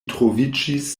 troviĝis